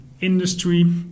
industry